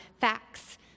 facts